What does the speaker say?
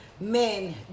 men